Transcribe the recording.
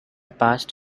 past